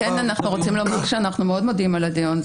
אנחנו רוצים לומר שאנחנו מאוד מודים על הדיון.